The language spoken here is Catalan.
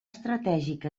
estratègic